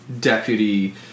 deputy